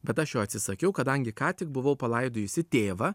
bet aš jo atsisakiau kadangi ką tik buvau palaidojusi tėvą